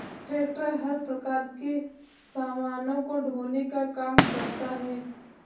tractor हर प्रकार के सामानों को ढोने का काम करता है